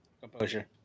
Composure